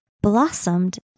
blossomed